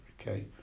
Okay